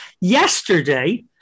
Yesterday